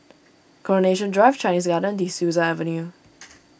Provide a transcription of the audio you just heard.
Coronation Drive Chinese Garden De Souza Avenue